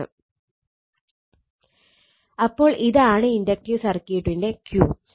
അപ്പോൾ ഇതാണ് ഇൻഡക്ടീവ് സർക്യൂട്ടിന്റെ Q